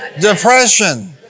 depression